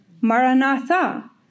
Maranatha